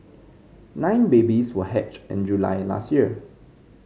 nine babies were hatched in July last year